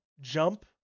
jump